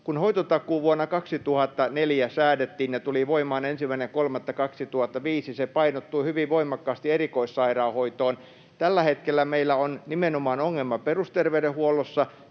Kun hoitotakuu vuonna 2004 säädettiin ja tuli voimaan 1.3.2005, se painottui hyvin voimakkaasti erikoissairaanhoitoon. Tällä hetkellä meillä on nimenomaan ongelma perusterveydenhuollossa.